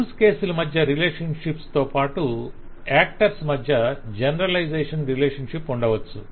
use కేసుల మధ్య relationships తో పాటు యాక్టర్స్ మధ్య జనరలైజేషన్ రిలేషన్షిప్ ఉండవచ్చు